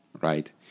right